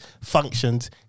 functions